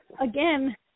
again